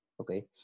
okay